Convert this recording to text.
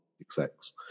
execs